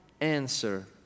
answer